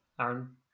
Aaron